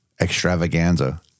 extravaganza